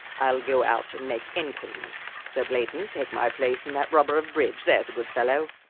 i'll go out and make inquiries. sir blaydon, take my place in that rubber of bridge there's a good fellow.